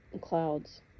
clouds